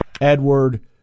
Edward